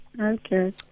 Okay